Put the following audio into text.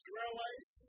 railways